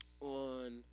on